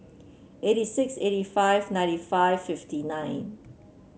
eighty six eighty five ninety five fifty nine